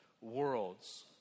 worlds